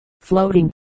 floating